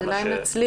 השאלה אם נצליח.